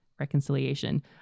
reconciliation